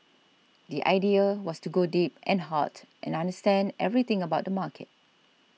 the idea was to go deep and hard and understand everything about the market